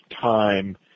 time